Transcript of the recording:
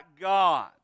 God